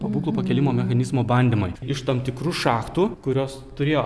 pabūklų pakėlimo mechanizmo bandymai iš tam tikrų šachtų kurios turėjo